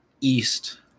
East